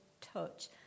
touch